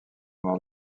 noire